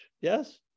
Yes